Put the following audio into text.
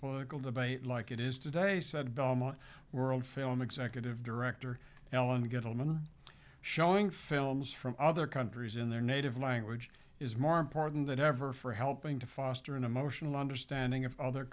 political debate like it is today said elma world film executive director ellen gettleman showing films from other countries in their native language is more important than ever for helping to foster an emotional understanding of other